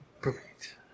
Perfect